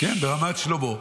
כן, ברמת שלמה.